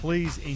Please